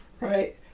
Right